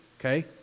okay